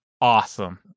Awesome